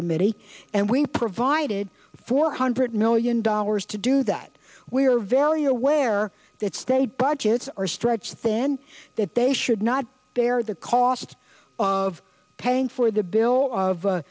committee and we provided four hundred million dollars to do that we are very aware that state budgets are stretched then that they should not bear the cost of paying for the bill of